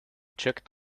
checked